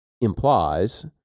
implies